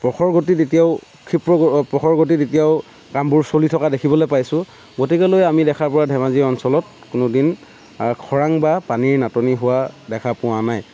প্ৰখৰ গতিত এতিয়াও ক্ষীপ্ৰ প্ৰখৰ গতিত এতিয়াও কামবোৰ চলি থকা দেখিবলৈ পাইছো গতিকে লৈ আমি দেখাৰ পৰা ধেমাজি অঞ্চলত কোনোদিন খৰাং বা পানীৰ নাটনি হোৱা দেখা পোৱা নাই